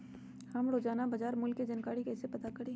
हम रोजाना बाजार मूल्य के जानकारी कईसे पता करी?